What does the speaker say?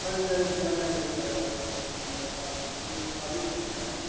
नहीं नहीं भैया नहीं हो पायेगा ऐसा नहीं हो पायेगा हम लोग खाली नहीं हैं